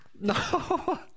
no